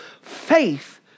faith